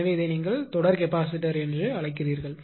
எனவே இதை நீங்கள் தொடர் கெப்பாசிட்டர் என்று அழைக்கிறீர்கள்